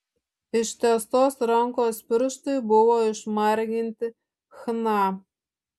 ištiestos rankos pirštai buvo išmarginti chna